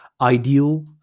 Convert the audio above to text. Ideal